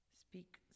Speak